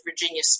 Virginia